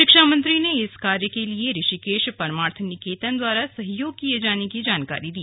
शिक्षा मंत्री ने इस कार्य के लिए ऋषिकेश परमार्थ निकेतन द्वारा सहयोग किये जाने की जानकारी दी